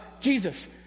Jesus